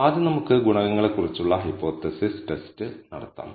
ആദ്യം നമുക്ക് ഗുണകങ്ങളെക്കുറിച്ചുള്ള ഹൈപ്പോതെസിസ് ടെസ്റ്റ് നടത്താം